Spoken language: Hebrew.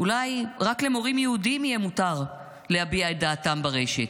אולי רק למורים יהודים יהיה מותר להביע את דעתם ברשת?